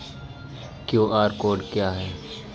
QR code क्या है?